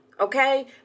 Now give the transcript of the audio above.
Okay